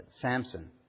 Samson